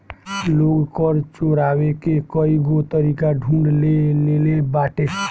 लोग कर चोरावे के कईगो तरीका ढूंढ ले लेले बाटे